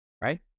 Right